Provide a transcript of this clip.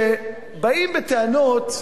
שבאים בטענות,